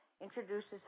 introduces